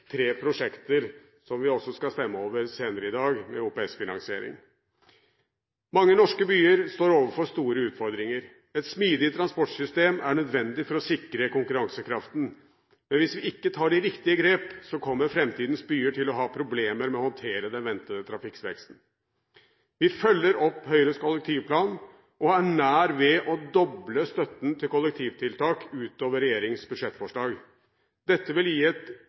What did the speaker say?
tre prosjekter med OPS-finansiering, som vi også skal stemme over senere i dag. Mange norske byer står overfor store utfordringer. Et smidig transportsystem er nødvendig for å sikre konkurransekraften, men hvis vi ikke tar de riktige grepene, kommer framtidens byer til å ha problemer med å håndtere den ventede trafikkveksten. Vi følger opp Høyres kollektivplan og er nær ved å doble støtten til kollektivtiltak utover regjeringens budsjettforslag. Dette vil gi et